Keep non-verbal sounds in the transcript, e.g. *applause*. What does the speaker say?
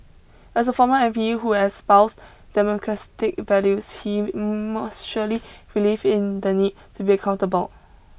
as a former M P who espoused *unintelligible* values he must surely believe in the need to be accountable